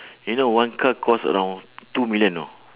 you know one car cost around two million know